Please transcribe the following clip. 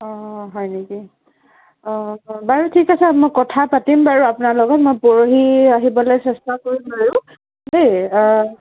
অঁ হয়নেকি অঁ বাৰু ঠিক আছে মই কথা পাতিম বাৰু আপোনাৰ লগত মই পৰহি আহিবলৈ চেষ্টা কৰিম বাৰু দেই অঁ